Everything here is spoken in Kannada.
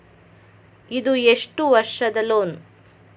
ಇದು ಎಷ್ಟು ವರ್ಷದ ಲೋನ್?